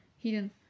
Hidden